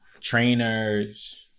trainers